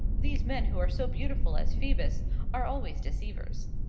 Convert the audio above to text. these men who are so beautiful as phoebus are always deceivers.